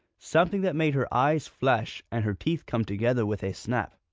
something that made her eyes flash and her teeth come together with a snap.